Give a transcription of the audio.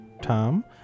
Tom